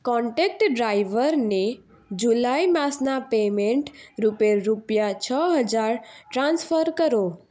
contact ડ્રાઈવરને જુલાઈ માસનાં પેમેંટ રૂપે રૂપિયા છ હજાર ટ્રાન્સફર કરો